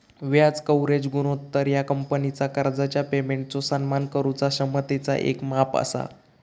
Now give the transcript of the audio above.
व्याज कव्हरेज गुणोत्तर ह्या कंपनीचा कर्जाच्या पेमेंटचो सन्मान करुचा क्षमतेचा येक माप असा